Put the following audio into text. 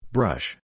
Brush